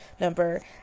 number